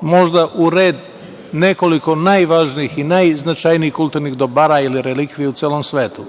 možda u red nekoliko najvažnijih i najznačajnijih kulturnih dobara ili relikvija u celom svetu.